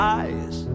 eyes